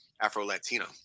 Afro-Latino